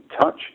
touch